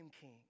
king